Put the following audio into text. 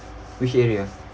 which area